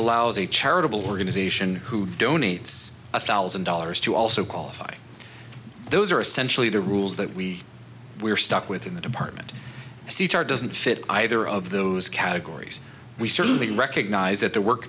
allows a charitable organization who donates a thousand dollars to also qualify those are essentially the rules that we were stuck with in the department as the chart doesn't fit either of those categories we certainly recognize that the work